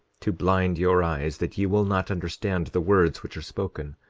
to blind your eyes, that ye will not understand the words which are spoken,